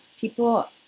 people